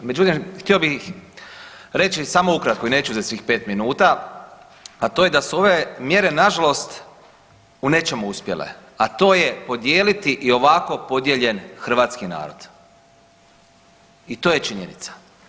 Međutim, htio bih reći samo ukratko i neću uzet svih 5 minuta, a to je da su ove mjere nažalost u nečemu uspjele, a to je odijeliti i ovako podijeljen hrvatski narod i to je činjenica.